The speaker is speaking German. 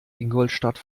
ingolstadt